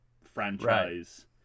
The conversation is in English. franchise